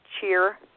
cheer